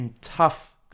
tough